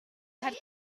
had